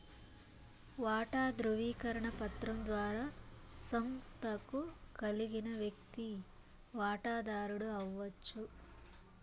వాటా దృవీకరణ పత్రం ద్వారా సంస్తకు కలిగిన వ్యక్తి వాటదారుడు అవచ్చు